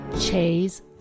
Chase